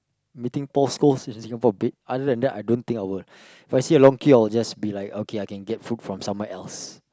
meeting Paul-Scholes in Singapore b~ other than that I don't think I will If I see a long queue I will just be like okay I can get food from somewhere else